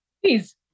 Please